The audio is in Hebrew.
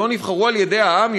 שלא נבחרו על-ידי העם,